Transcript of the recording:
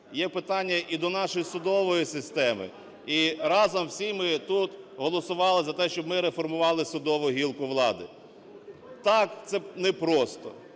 є питання і до нашої судової системи. І разом всі ми тут голосували за те, щоб ми реформували судову гілку влади. Так, це непросто.